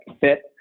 Fit